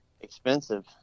expensive